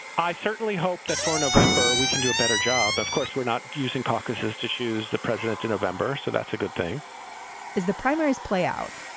i certainly hope that for november we can do a better job. of course, we're not using caucuses to choose the president in november. so that's a good thing as the primaries play out,